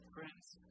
Friends